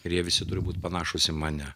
ir jie visi turi būt panašūs į mane